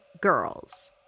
girls